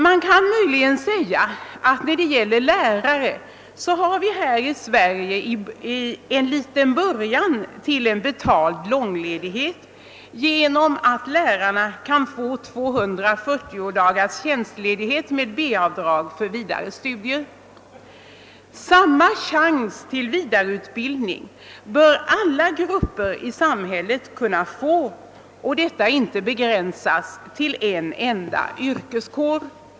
Man kan möjligen när det gäller lärare säga att vi här i Sverige har en liten början till en betald långledighet genom att lärarna kan få 240 dagars tjänstledighet med B-avdrag för vidare studier. Samma chans till vidareutbildning bör alla grupper i samhället kunna få. Detta skall inte begränsas till en enda yrkeskår.